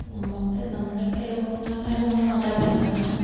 നമുക്ക് നമ്മളെയൊക്കെ ലോകംന്ന് പറഞ്ഞാൽ നമ്മളുടെ മാതാപിതാക്കളാണ്